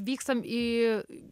vykstam į